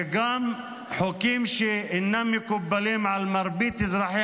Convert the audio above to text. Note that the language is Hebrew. וגם חוקים שאינם מקובלים על מרבית אזרחי